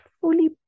fully